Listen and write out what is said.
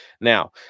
Now